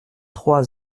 trois